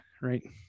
right